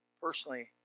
personally